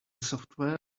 software